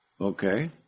Okay